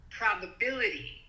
probability